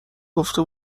گفته